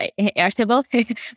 Airtable